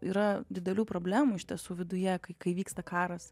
yra didelių problemų iš tiesų viduje kai kai vyksta karas